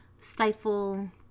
stifle